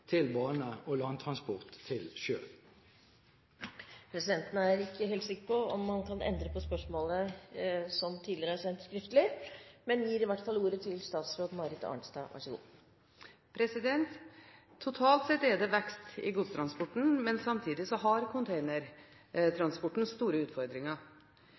til bane og landtransport til sjø?» Presidenten er ikke helt sikker på om man kan endre på spørsmålet, som tidligere er sendt skriftlig, men gir i hvert fall ordet til statsråd Marit Arnstad. Totalt sett er det vekst i godstransporten, men samtidig har containertransporten store utfordringer.